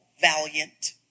valiant